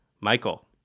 Michael